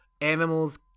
animals